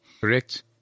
correct